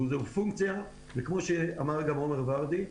כמו שאמר עומר ורדי,